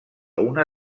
una